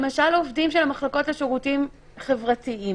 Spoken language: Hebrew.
למשל עובדים של המחלקות לשירותים חברתיים